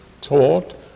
taught